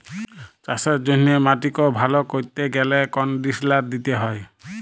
চাষের জ্যনহে মাটিক ভাল ক্যরতে গ্যালে কনডিসলার দিতে হয়